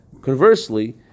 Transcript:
conversely